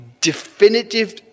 definitive